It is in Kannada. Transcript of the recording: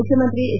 ಮುಖ್ಯಮಂತ್ರಿ ಎಚ್